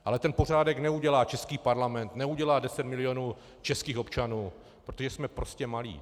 Ale ten pořádek neudělá český parlament, neudělá deset milionů českých občanů, protože jsme prostě malí.